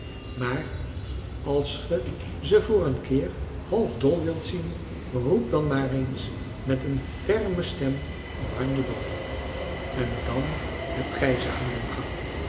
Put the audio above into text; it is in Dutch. maar als ge ze voor een keer half dol wilt zien roep dan maar eens met een ferme françois haverschmidt familie en kennissen stem oranje boven en dan hebt gij ze aan den gang